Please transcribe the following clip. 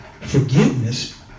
forgiveness